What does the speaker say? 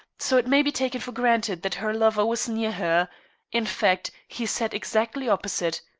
so it may be taken for granted that her lover was near her in fact, he sat exactly opposite.